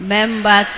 Member